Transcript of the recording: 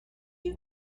you